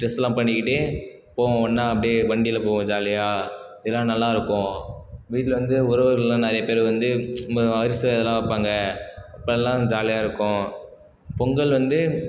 ட்ரெஸ்லாம் பண்ணிக்கிட்டு போவோம் ஒன்னா அப்டே வண்டியில் போவோம் ஜாலியாக இதுலாம் நல்லாயிருக்கும் வீட்டில் வந்து உறவுகள்லாம் நிறைய பேர் வந்து நம்ம வரிச இதெல்லாம் வைப்பாங்க அப்போல்லாம் ஜாலியாக இருக்கும் பொங்கல் வந்து